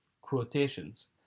quotations